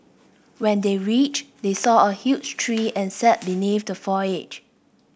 when they reached they saw a huge tree and sat beneath the foliage